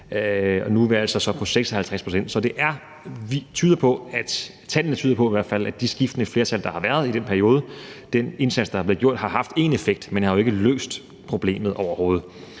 så det var altså på 69 pct., og nu er vi på 56 pct., så tallene tyder i hvert fald på, at de skiftende flertal, de har været i den periode, og den indsats, der er blevet gjort, har haft en effekt. Men det har jo ikke løst problemet overhovedet.